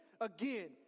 again